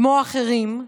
כמו אחרים,